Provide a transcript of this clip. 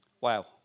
Wow